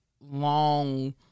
long